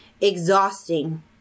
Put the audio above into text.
exhausting